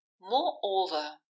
Moreover